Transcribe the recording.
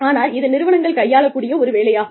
ஆனால் இது நிறுவனங்கள் கையாளக் கூடிய ஒரு வேலையாகும்